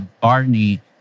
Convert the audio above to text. Barney